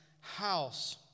house